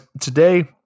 today